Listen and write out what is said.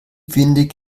windig